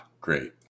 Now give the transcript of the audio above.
great